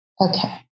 Okay